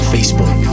Facebook